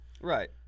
Right